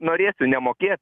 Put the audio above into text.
norėsiu nemokėt